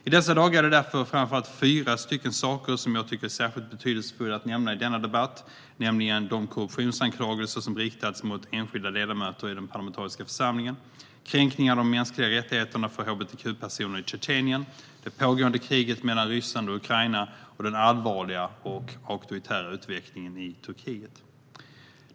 I dessa dagar är det därför framför allt fyra saker som jag tycker är särskilt betydelsefulla att nämna i denna debatt, nämligen de korruptionsanklagelser som riktats mot enskilda ledamöter i den parlamentariska församlingen, kränkningarna av de mänskliga rättigheterna för hbtq-personer i Tjetjenien, det pågående kriget mellan Ryssland och Ukraina samt den allvarliga och auktoritära utvecklingen i Turkiet.